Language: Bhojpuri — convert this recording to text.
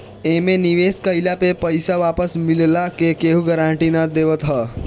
एमे निवेश कइला पे पईसा वापस मिलला के केहू गारंटी ना देवत हअ